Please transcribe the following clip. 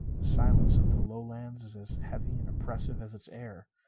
the silence of the lowlands is as heavy and oppressive as its air.